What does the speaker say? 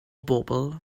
bobl